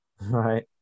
Right